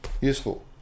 useful